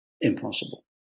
impossible